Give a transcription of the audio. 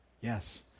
Yes